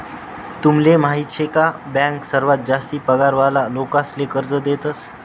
तुमले माहीत शे का बँक सर्वात जास्ती पगार वाला लोकेसले कर्ज देतस